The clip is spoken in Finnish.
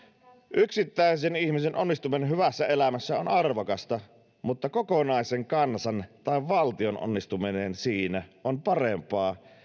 yksittäisen ihmisen onnistuminen hyvässä elämässä on arvokasta mutta kokonaisen kansan tai valtion onnistuminen siinä on parempaa